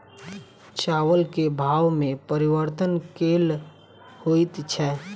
चावल केँ भाव मे परिवर्तन केल होइ छै?